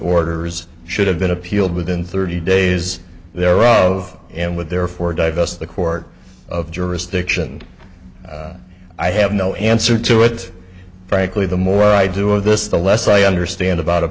orders should have been appealed within thirty days thereof and with therefore divest the court of jurisdiction and i have no answer to it frankly the more i do of this the less i understand about a